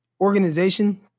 organization